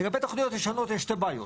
לגבי תוכניות ישנות, יש שתי בעיות.